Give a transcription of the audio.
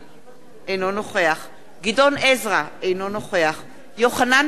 אינו נוכח גדעון עזרא, אינו נוכח יוחנן פלסנר,